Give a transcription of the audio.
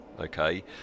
okay